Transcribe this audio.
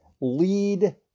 lead